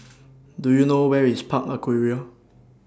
Do YOU know Where IS Park Aquaria